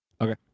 okay